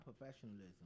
professionalism